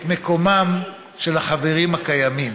את מקומם של החברים הקיימים.